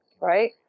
right